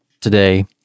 today